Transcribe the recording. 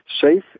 safe